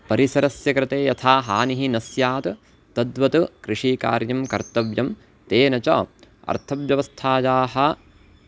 परिसरस्य कृते यथा हानिः न स्यात् तद्वत् कृषिकार्यं कर्तव्यं तेन च अर्थव्यवस्थायाः